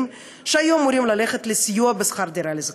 שהיו אמורים ללכת לסיוע בשכר דירה לזכאים.